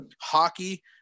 hockey